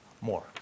more